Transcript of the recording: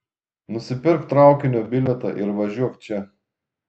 nusipirk traukinio bilietą ir važiuok čia